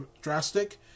drastic